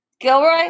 Gilroy